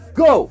go